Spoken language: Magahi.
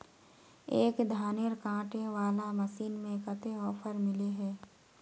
एक धानेर कांटे वाला मशीन में कते ऑफर मिले है?